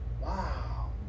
Wow